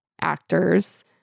actors